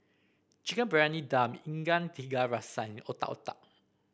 Chicken Briyani Dum Ikan Tiga Rasa and Otak Otak